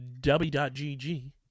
W.GG